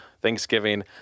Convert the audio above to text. Thanksgiving